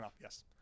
yes